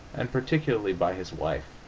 and particularly by his wife.